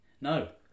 No